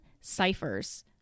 ciphers